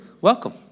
Welcome